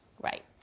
right